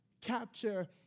capture